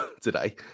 today